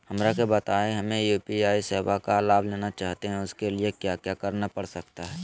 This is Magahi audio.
हमरा के बताइए हमें यू.पी.आई सेवा का लाभ लेना चाहते हैं उसके लिए क्या क्या करना पड़ सकता है?